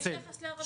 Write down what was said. יש יחס לערבים.